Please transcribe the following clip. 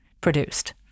produced